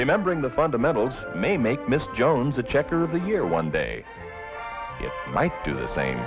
remembering the fundamentals may make missed jones a checker of the year one day it might do the same